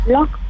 Lock